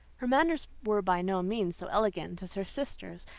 her manners were by no means so elegant as her sister's,